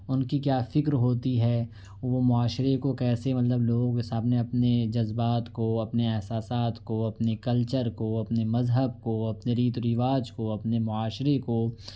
ان کی کیا فکر ہوتی ہے وہ معاشرے کو کیسے مطلب لوگوں کے سامنے اپنے جذبات کو اپنے احساسات کو اپنے کلچر کو اپنے مذہب کو اپنے ریت و رواج کو اپنے معاشرے کو